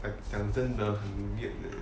but 讲真的很 weird leh